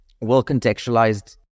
well-contextualized